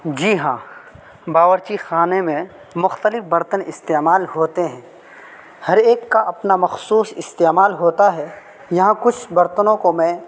جی ہاں باورچی خانے میں مختلف برتن استعمال ہوتے ہیں ہر ایک کا اپنا مخصوص استعمال ہوتا ہے یہاں کچھ برتنوں کو میں